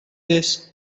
this